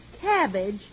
cabbage